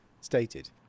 stated